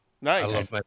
nice